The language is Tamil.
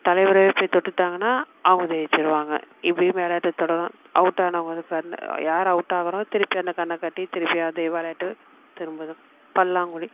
தலைவரே போய் தொட்டுகிட்டாங்கன்னா அவங்க ஜெயிச்சுருவாங்க இப்படியே விளையாட்டு தொடரும் அவுட் ஆனவங்க வந்து பெரனு யார் அவுட் ஆகிறோம் திருப்பி அந்த கண்ணை கட்டி திருப்பி அதே விளையாட்டு திரும்ப தான் பல்லாங்குழி